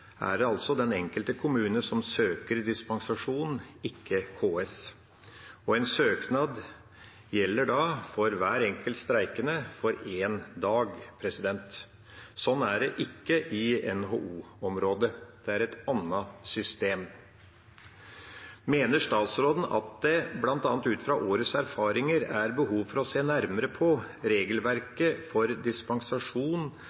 er det altså den enkelte kommune som søker dispensasjon, ikke KS. En søknad gjelder da for hver enkelt streikende for én dag. Sånn er det ikke i NHO-området. Det er et annet system. Mener statsråden at det bl.a. ut fra årets erfaringer er behov for å se nærmere på